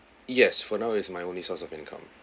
yes for now is my only source of income